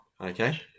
Okay